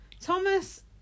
thomas